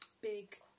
big